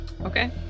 Okay